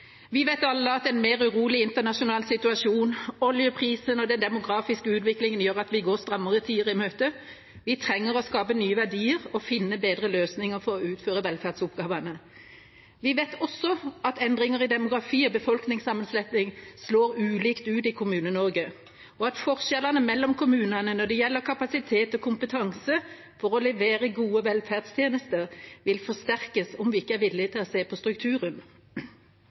Vi vet alle at det er en mer urolig internasjonal situasjon. Oljeprisen og den demografiske utviklingen gjør at vi går strammere tider i møte. Vi trenger å skape nye verdier og finne bedre løsninger for å utføre velferdsoppgavene. Vi vet også at endringer i demografi og befolkningssammensetning slår ulikt ut i Kommune-Norge, og at forskjellene mellom kommunene når det gjelder kapasitet og kompetanse for å levere gode velferdstjenester, vil forsterkes om vi ikke er villige til å se på strukturen.